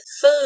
food